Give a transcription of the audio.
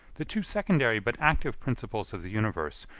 the two secondary but active principles of the universe,